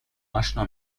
آشنا